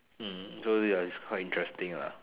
hmm so ya it's quite interesting lah